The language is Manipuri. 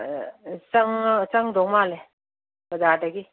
ꯆꯪꯗꯧ ꯃꯥꯜꯂꯦ ꯕꯖꯥꯔꯗꯒꯤ